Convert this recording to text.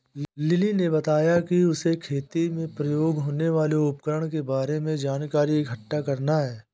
lily ने बताया कि उसे खेती में प्रयोग होने वाले उपकरण के बारे में जानकारी इकट्ठा करना है